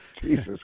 Jesus